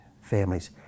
families